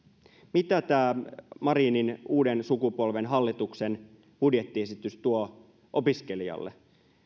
mitä tämä marinin uuden sukupolven hallituksen budjettiesitys tuo opiskelijalle